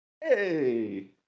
hey